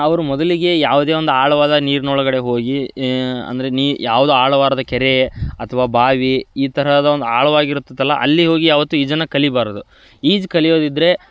ಅವ್ರು ಮೊದಲಿಗೆ ಯಾವುದೇ ಒಂದು ಆಳವಾದ ನೀರಿನೊಳ್ಗಡೆ ಹೋಗಿ ಅಂದರೆ ನೀ ಯಾವ್ದೇ ಆಳ್ವಾದ ಕೆರೆ ಅಥ್ವಾ ಬಾವಿ ಈ ತರಹದ ಒಂದು ಆಳ್ವಾಗಿರ್ತದಲ್ಲ ಅಲ್ಲಿ ಹೋಗಿ ಯಾವತ್ತೂ ಈಜನ್ನು ಕಲಿಯಬಾರ್ದು ಈಜು ಕಲಿಯೋದಿದ್ದರೆ